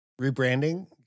Rebranding